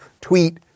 tweet